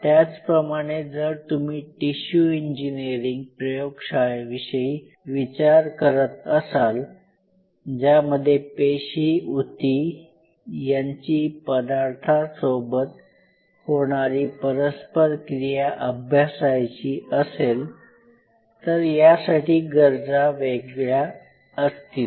त्याचप्रमाणे जर तुम्ही टिशू इंजीनीरिंग प्रयोग शाळेविषयी विचार करत असाल ज्यामध्ये पेशी उती यांची पदार्थांसोबत होणारी परस्पर क्रिया अभ्यासायची असेल तर यासाठी गरजा वेगळ्या असतील